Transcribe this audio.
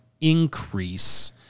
increase